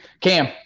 Cam